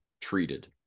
treated